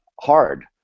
hard